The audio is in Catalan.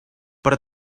per